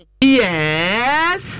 Yes